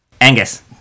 Angus